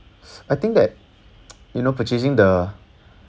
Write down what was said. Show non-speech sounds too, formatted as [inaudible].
I think that [noise] you know purchasing the